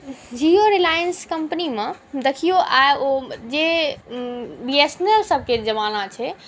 जिओ रिलायन्स कम्पनीमेँ देखियौ आइ ओ जे बी एस एन एल सभके जमाना छै